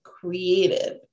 creative